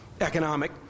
economic